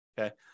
Okay